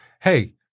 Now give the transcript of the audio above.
hey